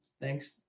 thanks